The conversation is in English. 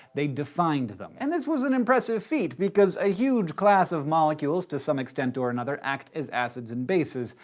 they defined them. and this was an impressive feat because a huge class of molecules, to some extent or another, act as acids and bases.